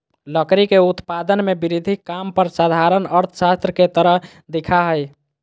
लकड़ी के उत्पादन में वृद्धि काम पर साधारण अर्थशास्त्र के तरह दिखा हइ